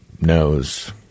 knows